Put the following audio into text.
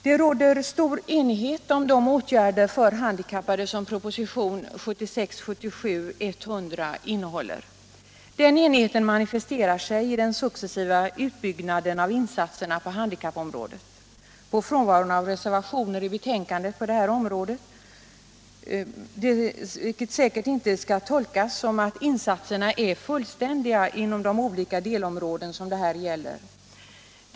Det råder stor enighet om de åtgärder för handikappade som propositionen 1976/77:100 bil. 8 innehåller. Den enigheten manifesterar sig i den successiva utbyggnaden av insatserna på handikappområdet och i frånvaron av reservationer på det här området, vilken dock säkert inte skall tolkas som att insatserna är fullständiga inom de olika delområden som det här gäller.